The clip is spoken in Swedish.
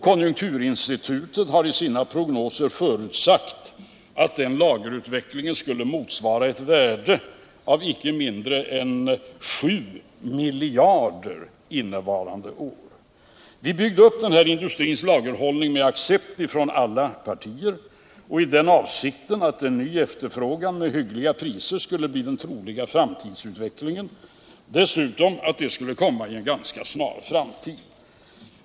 Konjunkturinstitutet har i sina prognoser förutsagt att lageravvecklingen skulle motsvara ett värde av inte mindre än 7 miljarder under innevarande år. Vi byggde upp industrins lagerhållning med accept från alla partier i den avsikten att en ny efterfrågan med hyggliga priser skulle bli den troliga framtidsutvecklingen och att den skulle inträffa i en ganska snar framtid.